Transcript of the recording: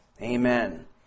Amen